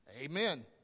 Amen